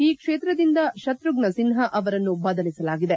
ಈ ಕ್ಷೇತ್ರದಿಂದ ಶತೃಷ್ನ ಸಿನ್ವಾ ಅವರನ್ನು ಬದಲಿಸಲಾಗಿದೆ